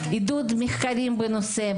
עידוד מחקרים בנושא,